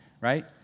right